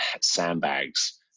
sandbags